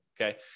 okay